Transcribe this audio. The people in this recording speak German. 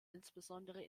insbesondere